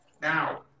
Now